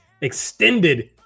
extended